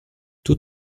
two